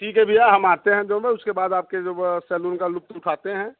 ठीक है भइया हम आते हैं जो है उसके बाद आपके जो सैलून का लुफ्त उठाते हैं